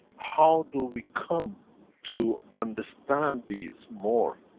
how do we come to understand these more?